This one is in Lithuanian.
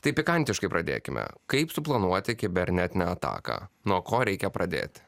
taip pikantiškai pradėkime kaip suplanuoti kibernetinę ataką nuo ko reikia pradėti